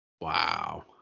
Wow